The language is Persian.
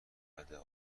آدم